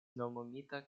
nomumita